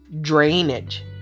drainage